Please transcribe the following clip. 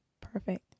Perfect